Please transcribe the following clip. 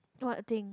do what thing